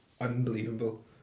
unbelievable